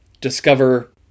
discover